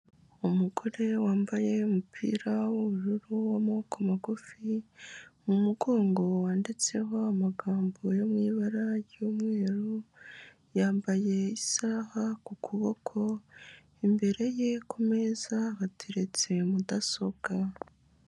Umugore wambaye umupira w'ubururu w'amaboko magufi, mu mugongo wanditseho amagambo yo mu ibara ry'umweru, yambaye isaha ku kuboko, imbere ye ku meza hateretse mudasobwa.